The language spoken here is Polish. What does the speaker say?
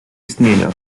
istnienia